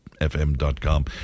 FM.com